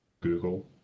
google